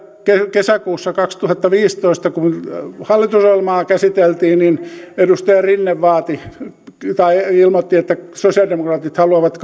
kesäkuussa kaksituhattaviisitoista kun hallitusohjelmaa käsiteltiin edustaja rinne ilmoitti että sosialidemokraatit haluavat